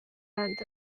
and